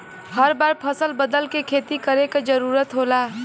हर बार फसल बदल के खेती करे क जरुरत होला